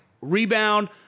rebound